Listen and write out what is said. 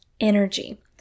energy